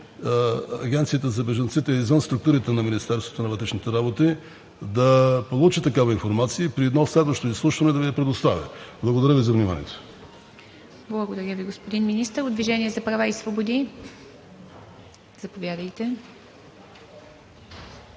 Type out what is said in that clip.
Агенцията за бежанците е извън структурите на Министерството на вътрешните работи, да получа такава информация и при едно следващо изслушване да Ви я предоставя. Благодаря Ви за вниманието. ПРЕДСЕДАТЕЛ ИВА МИТЕВА: Благодаря Ви, господин Министър. От „Движение за права и свободи“? Заповядайте,